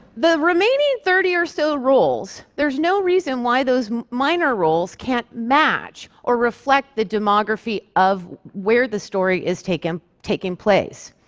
the remaining thirty or so roles, there's no reason why those minor roles can't match or reflect the demography of where the story is taking taking place.